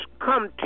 come